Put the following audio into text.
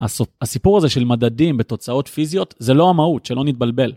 הסיפור הזה של מדדים ותוצאות פיזיות זה לא המהות שלא נתבלבל.